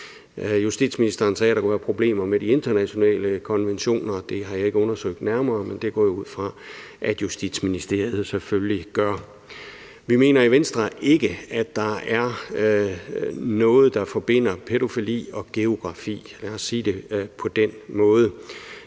Justitsministeren sagde, at der kunne være problemer med de internationale konventioner. Det har jeg ikke undersøgt nærmere, men det går jeg ud fra at Justitsministeriet selvfølgelig gør. Vi mener i Venstre ikke, at der er noget, der forbinder pædofili og geografi, lad os sige det på den måde.